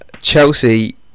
Chelsea